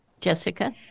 Jessica